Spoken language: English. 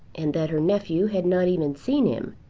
and that her nephew had not even seen him.